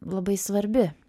labai svarbi